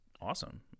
awesome